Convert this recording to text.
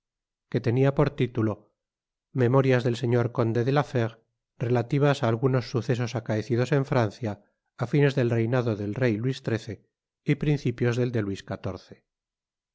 que tenia por titulo memorias del señor conde de la fére relativas á algunos sucesos acaeci dos en francia á fines del reinado del rey luis xiii y principios del de luis